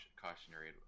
cautionary